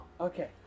okay